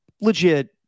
legit